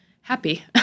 happy